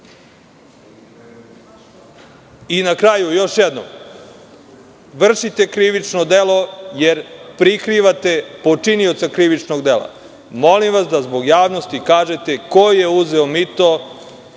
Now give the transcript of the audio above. DS?Na kraju, još jednom ću reći da vršite krivično delo jer prikrivate počinioca krivičnog dela. Molim vas da zbog javnosti kažete ko je uzeo mito